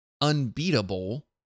unbeatable